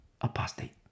Apostate